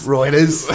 Reuters